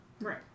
Right